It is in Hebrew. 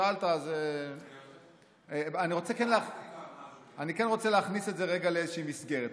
שאלת אז ------ אני רוצה להכניס את זה לאיזושהי מסגרת.